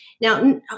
Now